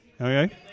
Okay